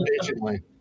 patiently